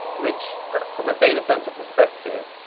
which from a data center perspective,